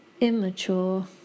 immature